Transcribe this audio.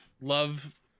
love